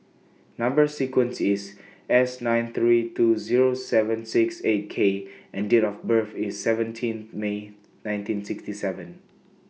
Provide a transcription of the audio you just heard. Number sequence IS S nine three two Zero seven six eight K and Date of birth IS seventeen May nineteen sixty seven